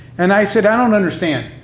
and i said, i don't understand.